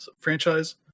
franchise